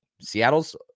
Seattle's